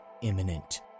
imminent